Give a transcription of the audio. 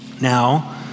Now